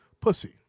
pussy